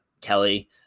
Kelly